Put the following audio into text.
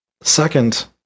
Second